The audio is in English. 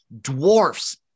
dwarfs